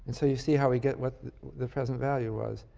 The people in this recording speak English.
so, you see how we get what the present value was.